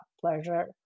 pleasure